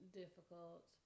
difficult